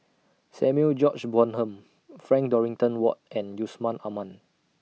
Samuel George Bonham Frank Dorrington Ward and Yusman Aman